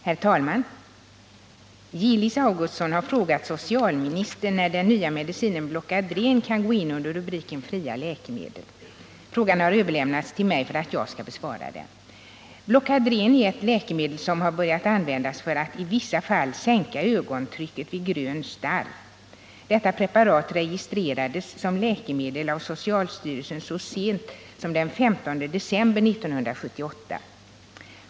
Herr talman! Gillis Augustsson har frågat socialministern när den nya medicinen Blocadren kan gå in under rubriken fria läkemedel. Frågan har överlämnats till mig för att jag skall besvara den. Blocadren är ett läkemedel som har börjat användas för att i vissa fall sänka ögontrycket vid grön starr . Detta preparat registrerades som läkemedel av socialstyrelsen så sent som den 15 december 1978.